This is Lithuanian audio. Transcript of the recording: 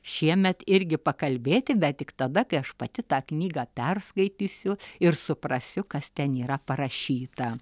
šiemet irgi pakalbėti bet tik tada kai aš pati tą knygą perskaitysiu ir suprasiu kas ten yra parašyta